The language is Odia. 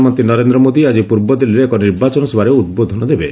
ପ୍ରଧାନମନ୍ତ୍ରୀ ନରେନ୍ଦ୍ର ମୋଦି ଆଜି ପୂର୍ବଦିଲ୍ଲୀରେ ଏକ ନିର୍ବାଚନ ସଭାରେ ଉଦ୍ବୋଧନ ଦେବେ